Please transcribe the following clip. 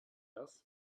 das